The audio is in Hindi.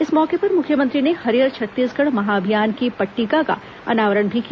इस मौके पर मुख्यमंत्री ने हरियर छत्तीसगढ़ महाभियान की पट्टिका का अनावरण भी किया